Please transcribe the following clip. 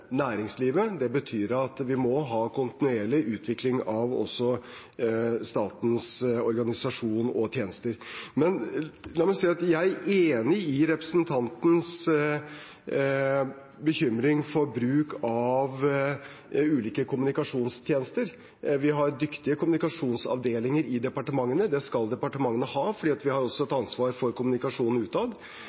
næringslivet. Det betyr at vi må ha kontinuerlig utvikling også av statens organisasjon og tjenester. Men jeg er enig i representantens bekymring for bruk av ulike kommunikasjonstjenester. Vi har dyktige kommunikasjonsavdelinger i departementene. Det skal departementene ha, for vi har også et ansvar for kommunikasjonen utad.